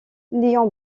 léon